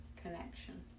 connection